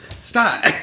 stop